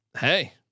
hey